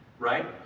right